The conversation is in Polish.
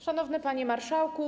Szanowny Panie Marszałku!